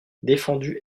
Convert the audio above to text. défendu